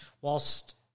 whilst